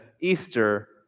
Easter